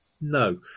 no